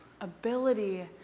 ability